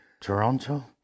Toronto